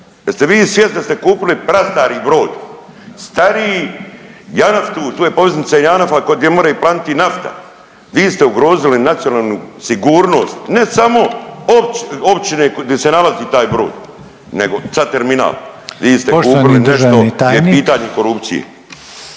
vi svjesni da ste kupili prastari brod? Stariji JANAF tu, tu je poveznica JANAFA gdje more planiti i nafta. Vi ste ugrozili nacionalnu sigurnost ne samo općine gdje se nalazi taj brod, nego, sad terminal, vi ste kupili nešto gdje je pitanje korupcije.